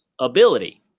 ability